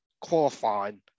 qualifying